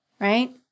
right